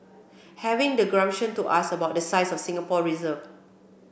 having the gumption to ask about the size of Singapore reserve